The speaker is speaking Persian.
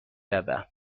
روم